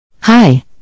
Hi